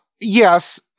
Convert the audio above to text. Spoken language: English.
Yes